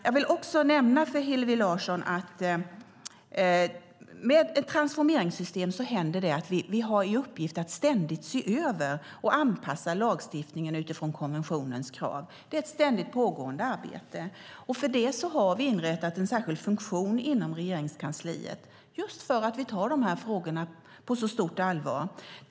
Jag vill också nämna för Hillevi Larsson att med ett transformeringssystem har vi i uppgift att ständigt se över och anpassa lagstiftningen utifrån konventionens krav. Det är ett ständigt pågående arbete. För det har vi inrättat en särskild funktion inom Regeringskansliet, just för att vi tar de här frågorna på stort allvar.